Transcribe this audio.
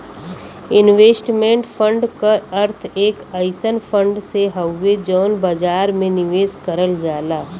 investment fund क अर्थ एक अइसन फण्ड से हउवे जौन बाजार में निवेश करल जाला